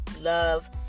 love